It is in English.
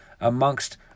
amongst